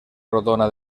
rodona